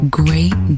great